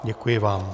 Děkuji vám.